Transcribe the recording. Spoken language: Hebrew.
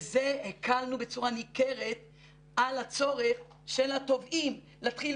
בזה הקלנו בצורה ניכרת על הצורך של התובעים להתחיל